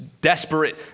desperate